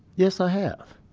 yes, i have.